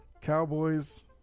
Cowboys